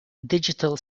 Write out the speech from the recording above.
digital